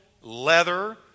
leather